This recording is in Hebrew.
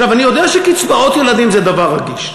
אני יודע שקצבאות ילדים זה דבר רגיש,